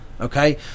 okay